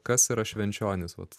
kas yra švenčionys vat